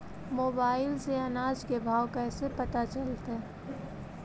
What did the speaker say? Mobile से अनाज के भाव कैसे पता चलतै?